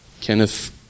Kenneth